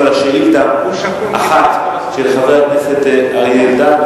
על שאילתא אחת של חבר הכנסת אריה אלדד.